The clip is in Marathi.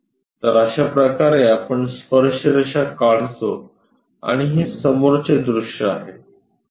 तर अशाप्रकारे आपण स्पर्श रेषा काढतो आणि हे समोरचे दृश्य आहे